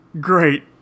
Great